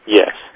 yes